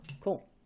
cool